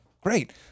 great